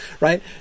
right